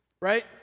right